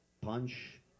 punch